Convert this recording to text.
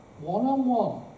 one-on-one